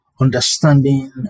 understanding